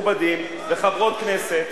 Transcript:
חברות וחברי הכנסת,